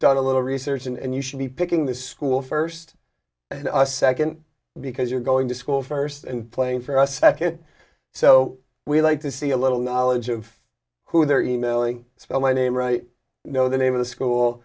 done a little research and you should be picking the school first and second because you're going to school first and playing for a second so we like to see a little knowledge of who they're e mailing spell my name right you know the name of the school